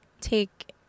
take